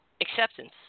acceptance